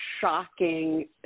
shocking